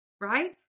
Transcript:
right